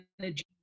energy